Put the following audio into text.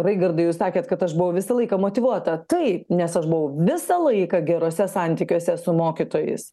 raigardai jūs sakėt kad aš buvau visą laiką motyvuota taip nes aš buvau visą laiką geruose santykiuose su mokytojais